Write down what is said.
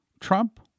Trump